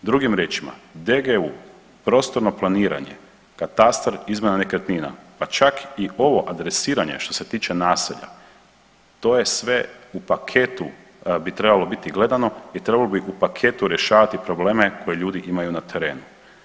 Drugim riječima, DGU, prostorno planiranje, katastar, izmjena nekretnina, pa čak i ovo adresiranje što se tiče naselja to je sve u paketu bi trebalo biti gledano i trebalo bi u paketu rješavati probleme koje ljudi imaju na terenu.